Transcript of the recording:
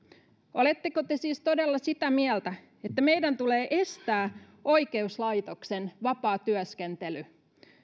oletteko te siis todella sitä mieltä että meidän tulee estää oikeuslaitoksen vapaa työskentely